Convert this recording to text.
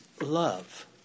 love